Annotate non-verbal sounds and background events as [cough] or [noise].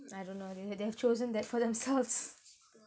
I don't know th~ they have chosen that for themselves [breath]